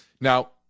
Now